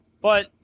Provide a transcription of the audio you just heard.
But-